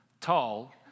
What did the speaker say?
Tall